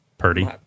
purdy